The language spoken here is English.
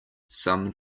some